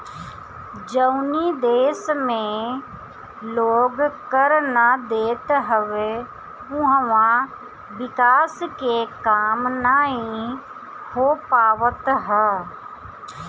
जवनी देस में लोग कर ना देत हवे उहवा विकास के काम नाइ हो पावत हअ